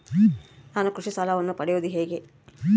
ನಾನು ಕೃಷಿ ಸಾಲವನ್ನು ಪಡೆಯೋದು ಹೇಗೆ?